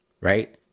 right